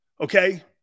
Okay